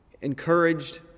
encouraged